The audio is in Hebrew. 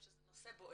שזה נושא בוער,